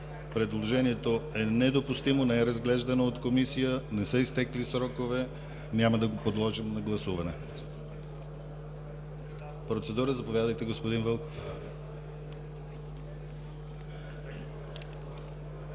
Предложението е недопустимо – не е разглеждано от комисия, не са изтекли срокове и няма да го подложим на гласуване. Процедура – заповядайте, господин Вълков.